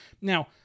Now